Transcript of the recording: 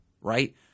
Right